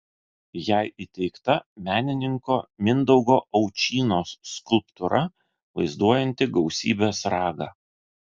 jai įteikta menininko mindaugo aučynos skulptūra vaizduojanti gausybės ragą